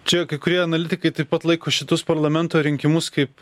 čia kai kurie analitikai taip pat laiko šitus parlamento rinkimus kaip